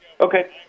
Okay